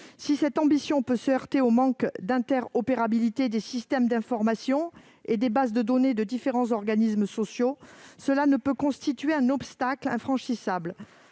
Si cette ambition peut se heurter au manque d'interopérabilité des systèmes d'information et des bases de données des différents organismes sociaux, l'obstacle n'est pas infranchissable.